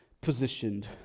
positioned